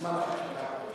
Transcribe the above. בזמן החקיקה הפרטית.